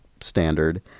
standard